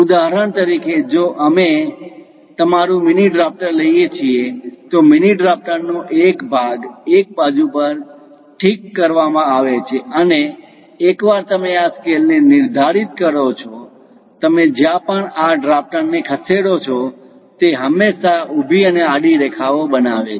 ઉદાહરણ તરીકે જો અમે તમારું મિનિ ડ્રાફ્ટર લઈએ છીએ તો મિનિ ડ્રાફ્ટરનો એક ભાગ એક બાજુ પર ઠીક કરવામાં આવે છે અને એકવાર તમે આ સ્કેલને નિર્ધારિત કરો છો તમે જ્યાં પણ આ યાંત્રિક ડ્રાફ્ટરને ખસેડો છો તે હંમેશાં ઉભી અને આડી રેખા ઓ બનાવે છે